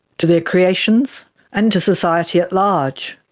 to their creations and to society at large?